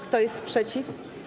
Kto jest przeciw?